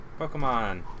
Pokemon